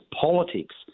politics